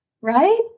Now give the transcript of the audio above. right